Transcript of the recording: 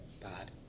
Bad